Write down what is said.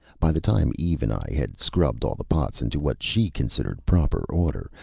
by the time eve and i had scrubbed all the pots into what she considered proper order,